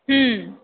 हं